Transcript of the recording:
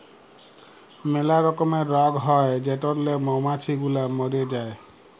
ম্যালা রকমের রগ হ্যয় যেটরলে মমাছি গুলা ম্যরে যায়